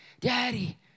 Daddy